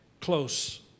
close